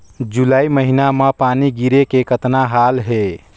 जुलाई महीना म पानी गिरे के कतना हाल हे?